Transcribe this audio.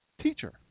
teacher